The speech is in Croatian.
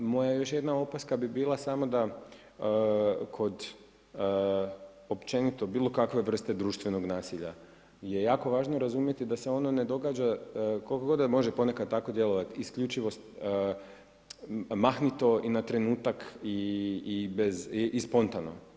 Moja još jedna opaska bi bila samo da kod općenito bilo kakve vrste društvenog nasilja je jako važno razumjeti da se ono ne događa koliko god da može ponekad tako djelovat, isključivo mahnito i na trenutak i spontano.